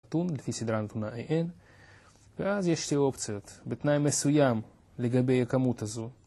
ואז יש לי אופציות, בתנאי מסוים לגבי הכמות הזו